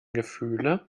gefühle